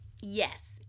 Yes